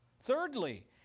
Thirdly